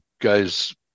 guys